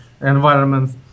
environments